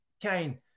Kane